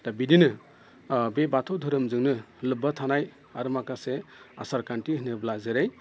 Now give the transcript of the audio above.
दा बिदिनो बे बाथौ धोरोमजोंनो लोब्बा थानाय आरो माखासे आसार खान्थि होनोब्ला जेरै